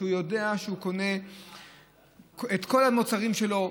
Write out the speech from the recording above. הוא יודע שהוא קונה את כל המוצרים שלו,